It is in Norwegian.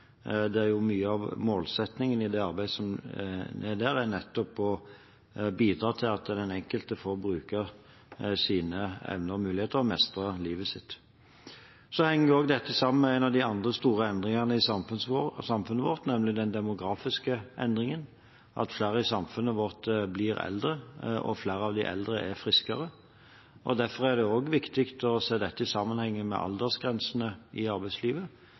Mye av målsettingen i det arbeidet som gjøres, er nettopp å bidra til at den enkelte får bruke sine evner og muligheter og mestre livet sitt. Dette henger også sammen med en av de andre store endringene i samfunnet vårt, nemlig den demografiske endringen – at flere i samfunnet vårt blir eldre, og at flere av de eldre er friskere. Derfor er det viktig å se dette i sammenheng med aldersgrensene i arbeidslivet.